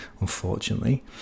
unfortunately